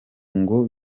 ngo